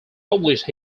published